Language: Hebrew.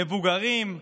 מבוגרים,